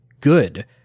good